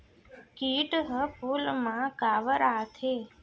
किट ह फूल मा काबर आथे?